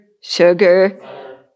Sugar